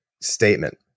statement